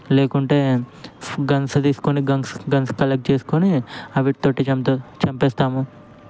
లేకుంటే స్ గన్సు తీసుకొని గన్స్ గన్స్ కలక్ట్ చేసుకొని అవి వీటితోటి చంపు చంపేస్తాము